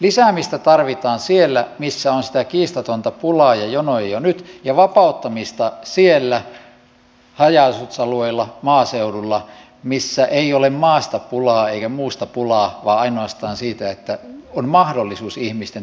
lisäämistä tarvitaan siellä missä on sitä kiistatonta pulaa ja jonoa jo nyt ja vapauttamista siellä haja asutusalueilla maaseudulla missä ei ole maasta pulaa eikä muusta pulaa vaan ainoastaan siitä että ihmisillä on mahdollisuus toteuttaa omia toimiaan